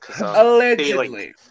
Allegedly